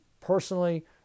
personally